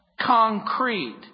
concrete